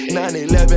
9-11